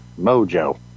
Mojo